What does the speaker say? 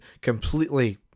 completely